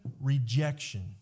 rejection